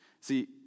See